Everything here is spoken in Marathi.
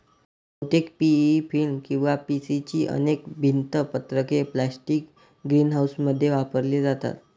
बहुतेक पी.ई फिल्म किंवा पी.सी ची अनेक भिंत पत्रके प्लास्टिक ग्रीनहाऊसमध्ये वापरली जातात